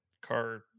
car